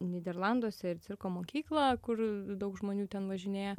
nyderlanduose ir cirko mokyklą kur daug žmonių ten važinėja